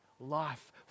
Life